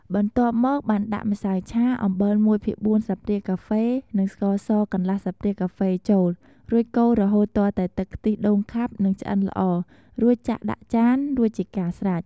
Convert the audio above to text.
បន្ទាប់មកបានដាក់ម្សៅឆា អំបិលមួយភាគ៤ស្លាបព្រាកាហ្វេ និងស្ករសកន្លះស្លាបព្រាកាហ្វេចូលរូចកូររហូតទាល់ទឹកខ្ទះដូងខាប់និងឆ្អិនល្អរួចចាក់ដាក់ចានរួចជាស្រេច។